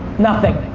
nothing.